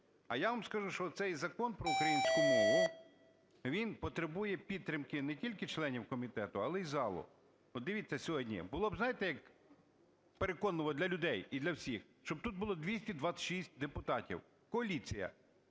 А я вам скажу, що цей Закон про українську мову, він потребує підтримки не тільки членів комітету, але і залу. От дивіться, сьогодні було б, знаєте, як переконливо для людей і для всіх, щоб тут було 226 депутатів – коаліція